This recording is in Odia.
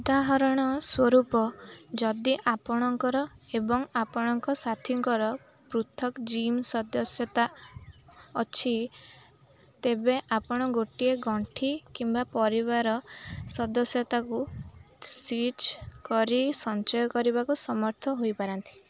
ଉଦାହରଣ ସ୍ୱରୂପ ଯଦି ଆପଣଙ୍କର ଏବଂ ଆପଣଙ୍କ ସାଥୀଙ୍କର ପୃଥକ ଜିମ୍ ସଦସ୍ୟତା ଅଛି ତେବେ ଆପଣ ଗୋଟିଏ ଗଣ୍ଠି କିମ୍ୱା ପରିବାର ସଦସ୍ୟତାକୁ ସ୍ୱିଚ୍ କରି ସଞ୍ଚୟ କରିବାକୁ ସମର୍ଥ ହେଇପାରନ୍ତି